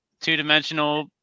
two-dimensional